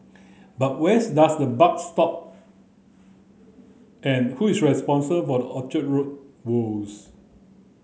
but wheres does the buck stop and who is responsible for the Orchard Road woes